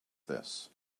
this